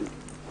כן.